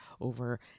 over